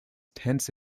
tents